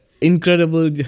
incredible